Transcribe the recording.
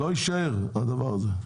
לא יישאר הדבר הזה.